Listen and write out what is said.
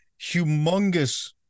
humongous